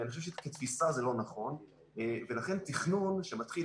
אני חושב שכתפיסה זה לא נכון ולכן תכנון שמתחיל,